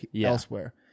elsewhere